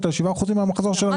אלא שבעה אחוזים מהמחזור של המפעל.